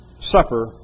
Supper